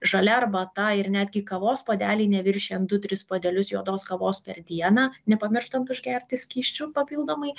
žalia arbata ir netgi kavos puodeliai neviršijant du trys puodelius juodos kavos per dieną nepamirštant užgerti skysčiu papildomai